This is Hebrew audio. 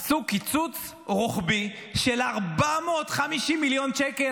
עשו קיצוץ רוחבי של 450 מיליון שקלים.